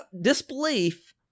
disbelief